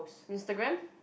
Instagram